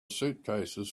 suitcases